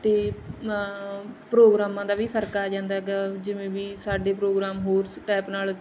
ਅਤੇ ਪ੍ਰੋਗਰਾਮਾਂ ਦਾ ਵੀ ਫਰਕ ਆ ਜਾਂਦਾ ਗਾ ਜਿਵੇਂ ਵੀ ਸਾਡੇ ਪ੍ਰੋਗਰਾਮ ਹੋਰ ਸ ਟੈਪ ਨਾਲ